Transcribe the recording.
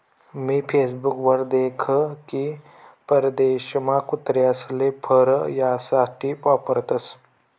मी Facebook वर देख की परदेशमा कुत्रासले फर यासाठे वापरतसं